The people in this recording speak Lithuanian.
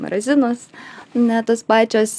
razinos ane tos pačios